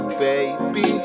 baby